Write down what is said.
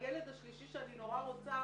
הילד השלישי שאני נורא רוצה,